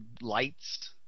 lights